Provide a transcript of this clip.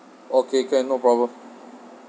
okay can no problem